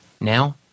Now